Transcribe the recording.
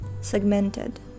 segmented